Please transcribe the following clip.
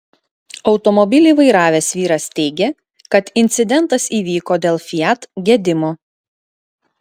automobilį vairavęs vyras teigė kad incidentas įvyko dėl fiat gedimo